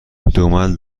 دمل